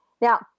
Now